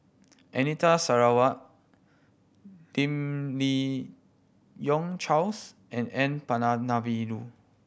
Anita Sarawak Lim Yi Yong Charles and N Palanivelu